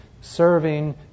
serving